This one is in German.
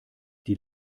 die